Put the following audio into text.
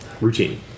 Routine